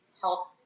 help